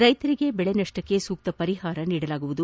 ರೈತರಿಗೆ ಬೆಳೆ ನಷ್ಪಕ್ಷೆ ಸೂಕ್ತ ಪರಿಹಾರ ನೀಡಲಾಗುವುದು